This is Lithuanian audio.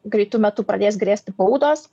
greitu metu pradės grėsti baudos